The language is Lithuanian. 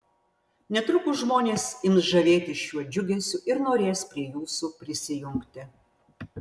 netrukus žmonės ims žavėtis šiuo džiugesiu ir norės prie jūsų prisijungti